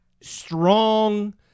strong